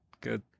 good